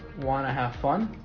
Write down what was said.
wanna have fun